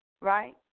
right